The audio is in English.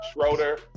Schroeder